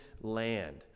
land